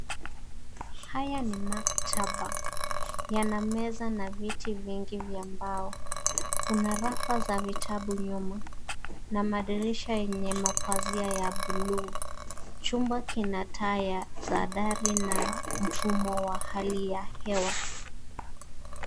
Haya ni maktaba yana meza na viti vingi vya mbao. Kuna rafu za vitabu nyuma, na madirisha yenye mapazia ya bluu. Chumba kina taa za dari na mfumo wa hali ya hewa.